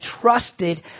trusted